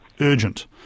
urgent